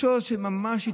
שהיא ממש טרגית,